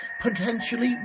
potentially